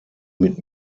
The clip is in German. mit